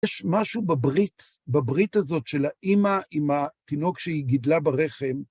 יש משהו בברית, בברית הזאת של האימא עם התינוק שהיא גידלה ברחם.